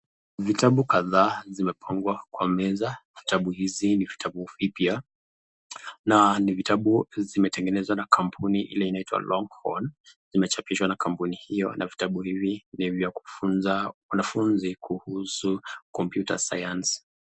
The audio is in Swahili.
Vitabu kadhaa zimepangwa kwa meza, vitabu hizi ni vitabu vipya na ni vitabu zimetengenezwa na kampuni ile inaitwa Longhorn, limechapishwa na kampuni hiyo na vitabu hivi ni vya kufunza wanafunzi kuhusu Computer science .